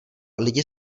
lidi